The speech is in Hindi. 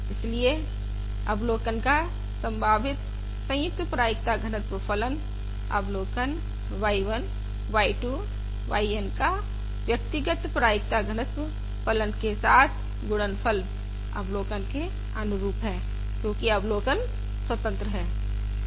इसलिए अवलोकन का संभावित संयुक्त प्रायिकता घनत्व फलन अवलोकन y 1 y 2 y N का पृथक पृथक प्रायिकता घनत्व फलन के साथ गुणनफल अवलोकन के अनुरूप हैं क्योंकि अवलोकन स्वतंत्र हैं